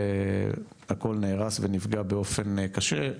הכול נהרס ונפגע באופן קשה,